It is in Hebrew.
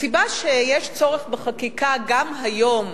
הסיבה שיש צורך בחקיקה גם היום,